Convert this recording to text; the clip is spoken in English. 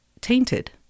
tainted